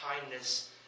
kindness